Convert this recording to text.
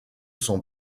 son